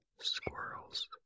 squirrels